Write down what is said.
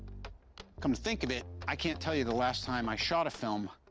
come to think of it, i can't tell you the last time i shot a film.